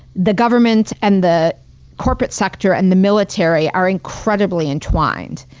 the government and the corporate sector and the military are incredibly entwined.